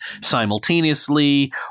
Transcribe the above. simultaneously